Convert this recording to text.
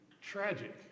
tragic